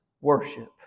worship